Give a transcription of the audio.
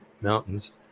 mountains